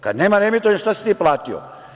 Kada nema reemitovanja, šta si ti platio?